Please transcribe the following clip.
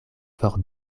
for